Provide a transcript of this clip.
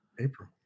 April